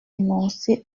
énoncé